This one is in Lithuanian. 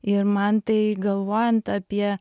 ir man tai galvojant apie